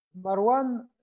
Marwan